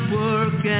work